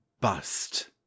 bust